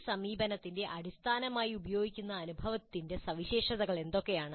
ഈ സമീപനത്തിന്റെ അടിസ്ഥാനമായി ഉപയോഗിക്കുന്ന അനുഭവത്തിന്റെ സവിശേഷതകൾ എന്തൊക്കെയാണ്